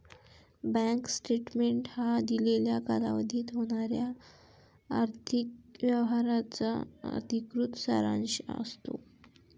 bank statement हा दिलेल्या कालावधीत होणाऱ्या आर्थिक व्यवहारांचा अधिकृत सारांश असतो